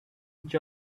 each